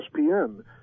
ESPN